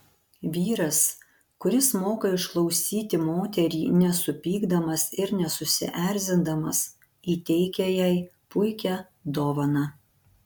vyras kuris moka išklausyti moterį nesupykdamas ir nesusierzindamas įteikia jai puikią dovaną